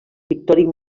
pictòric